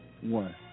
one